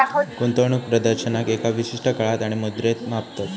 गुंतवणूक प्रदर्शनाक एका विशिष्ट काळात आणि मुद्रेत मापतत